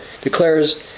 declares